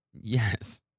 Yes